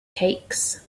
cakes